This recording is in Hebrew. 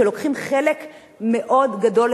שלוקחים חלק מאוד גדול,